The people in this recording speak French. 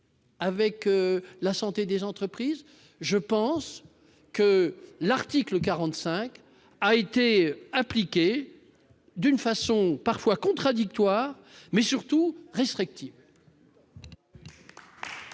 avec la santé des entreprises ? Aussi, l'article 45 a été appliqué d'une façon parfois contradictoire, mais surtout restrictive.